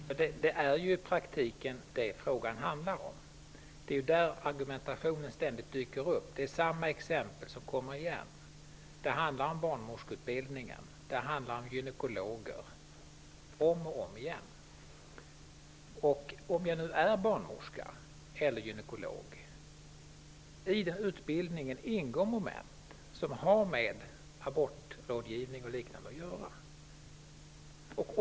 Herr talman! Det är ju i praktiken det som det handlar om. Det är där som argumentationen ständigt dyker upp. Det är samma exempel som kommer igen. Det handlar om barnmorskeutbildningen och om gynekologer -- om och om igen. I utbildningen för barnmorskor och gynekologer ingår moment som har med abortrådgivning och liknande att göra.